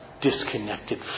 Disconnected